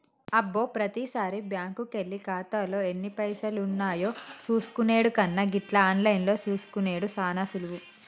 అబ్బో ప్రతిసారి బ్యాంకుకెళ్లి ఖాతాలో ఎన్ని పైసలున్నాయో చూసుకునెడు కన్నా గిట్ల ఆన్లైన్లో చూసుకునెడు సాన సులువు